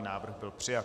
Návrh byl přijat.